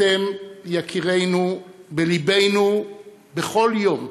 אתם יקרינו ולבנו בכל יום,